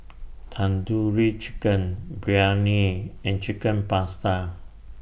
Tandoori Chicken Biryani and Chicken Pasta